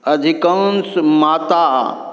अधिकांश माता